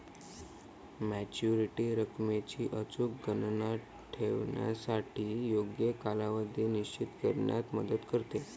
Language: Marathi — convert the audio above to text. मॅच्युरिटी रकमेची अचूक गणना ठेवीसाठी योग्य कालावधी निश्चित करण्यात मदत करते